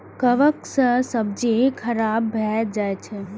कवक सं सब्जी खराब भए जाइ छै